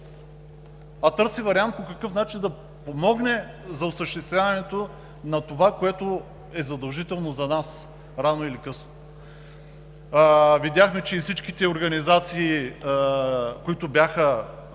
а търси вариант по какъв начин да помогне за осъществяването на това, което е задължително за нас, рано или късно. Видяхме, че и всичките организации, които бяха